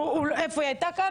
הנה היא כאן.